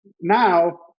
now